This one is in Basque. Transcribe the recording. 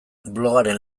blogaren